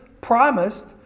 promised